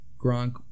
Gronk